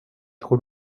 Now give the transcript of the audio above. trop